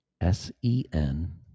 S-E-N